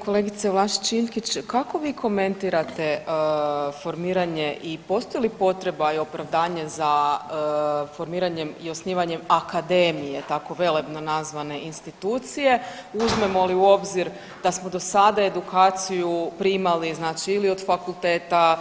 Evo kolegice Vlašić Iljkić, kako vi komentirate formiranje i postoji li potreba i opravdanje za formiranjem i osnivanjem akademije tako velebno nazvane institucije uzmemo li u obzir da smo do sada edukaciju primali znači ili od fakulteta,